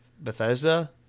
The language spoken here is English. Bethesda